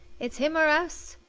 it's him or us,